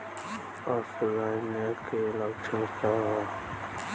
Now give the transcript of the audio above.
ऑफलाइनके लक्षण क वा?